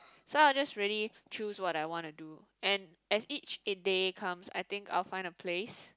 so I'll just really choose what I wanna do and as each it day comes I think I'll find a place